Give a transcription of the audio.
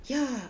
ya